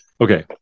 Okay